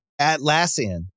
Atlassian